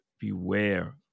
beware